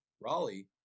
Raleigh